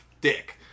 dick